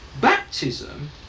Baptism